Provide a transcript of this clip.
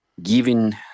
giving